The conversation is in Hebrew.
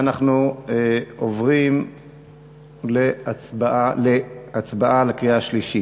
אנחנו עוברים להצבעה בקריאה השלישית.